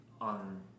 on